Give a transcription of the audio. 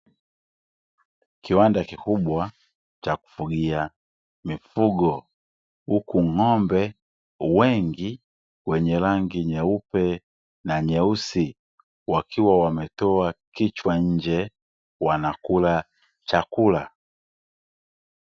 Kiwanda kikubwa cha kufugia mifugo huku ng'ombe wengi wenye rangi nyeupe na nyeusi wakiwa wametoa kichwa nje wanakula chakula.